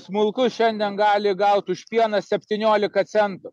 smulkus šiandien gali gaut už pieną septyniolika centų